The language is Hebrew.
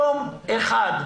יום אחד.